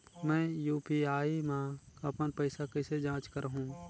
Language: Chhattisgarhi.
मैं यू.पी.आई मा अपन पइसा कइसे जांच करहु?